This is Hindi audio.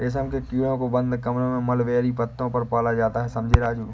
रेशम के कीड़ों को बंद कमरों में मलबेरी पत्तों पर पाला जाता है समझे राजू